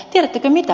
tiedättekö mitä